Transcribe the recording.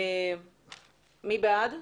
מי בעד?